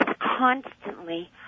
constantly